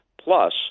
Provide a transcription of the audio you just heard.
Plus